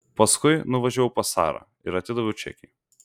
paskui nuvažiavau pas sarą ir atidaviau čekį